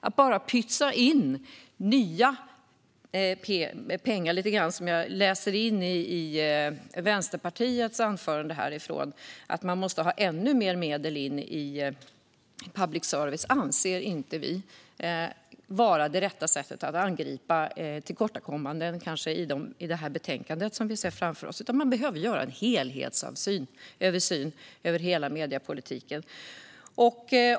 Att bara pytsa in nya pengar för att man anser att public service måste ha ännu mer medel, som jag utläser av anförandet här att Vänsterpartiet gör, anser inte vi är det rätta sättet att angripa tillkortakommanden i betänkandet som vi har framför oss. Vi behöver göra en helhetsöversyn av hela mediepolitiken.